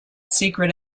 secret